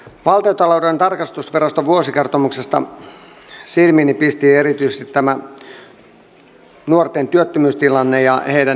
valtiontalouden tarkastusviraston vuosikertomuksesta silmiini pisti erityisesti nuorten työttömyystilanne ja heidän elämäntilanteensa